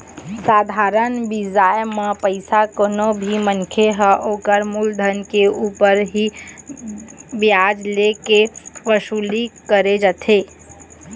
साधारन बियाज म पइसा कोनो मनखे ह ओखर मुलधन के ऊपर ही बियाज ले के वसूली करे जाथे